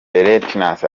reyntjens